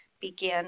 begin